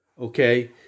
Okay